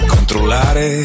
Controllare